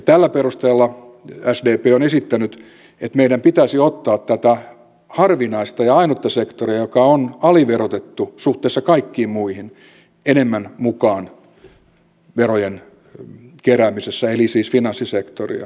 tällä perusteella sdp on esittänyt että meidän pitäisi ottaa tätä harvinaista ja ainutta sektoria joka on aliverotettu suhteessa kaikkiin muihin enemmän mukaan verojen keräämisessä eli siis finanssisektoria